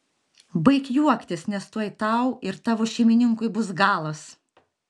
baik juoktis nes tuoj tau ir tavo šeimininkui bus galas